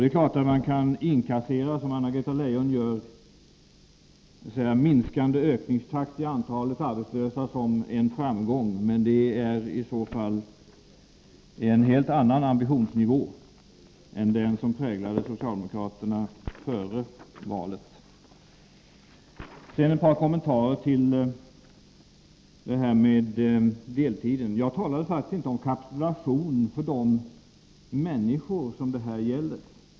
Det är klart att man kan inkassera, som Anna-Greta Leijon gör, minskande ökningstakt i antalet arbetslösa som en framgång, men det är i så fall en helt annan ambitionsnivå än den som präglade socialdemokraterna före valet. Sedan ett par kommentarer till detta med deltiden. Jag talade faktiskt inte om kapitulation för de människor som detta gäller.